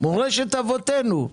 מורשת אבותינו.